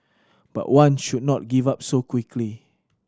but one should not give up so quickly